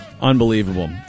unbelievable